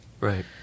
Right